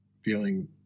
Feeling